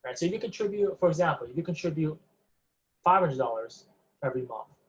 i mean you contribute, for example, you contribute five hundred dollars every month,